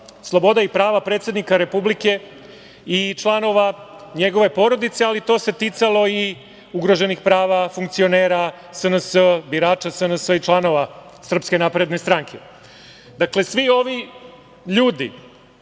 sloboda i prava predsednika Republike i članova njegove porodice, ali to se ticalo i ugroženih prava funkcionera SNS, birača SNS i članova SNS.Svi ovi ljudi